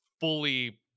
fully